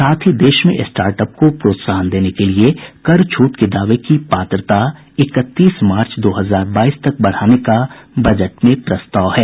साथ ही देश में स्टार्टअप को प्रोत्साहन देने के लिए कर छूट के दावे की पात्रता इकतीस मार्च दो हजार बाईस तक बढ़ाने का बजट में प्रस्ताव किया गया है